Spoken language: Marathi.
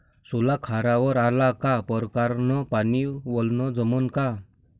सोला खारावर आला का परकारं न पानी वलनं जमन का?